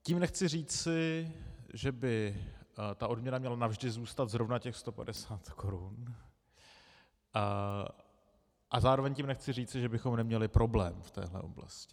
Tím nechci říci, že by ta odměna měla navždy zůstat zrovna těch 150 korun, a zároveň tím nechci říci, že bychom neměli problém v této oblasti.